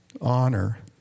honor